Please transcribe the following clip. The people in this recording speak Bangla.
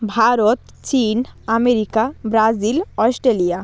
ভারত চীন আমেরিকা ব্রাজিল অস্ট্রেলিয়া